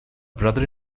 brother